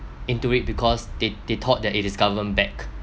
into it because they they thought that it is government backed